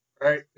Right